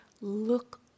look